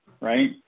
Right